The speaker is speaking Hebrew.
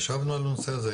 ישבנו על הנושא הזה,